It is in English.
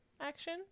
action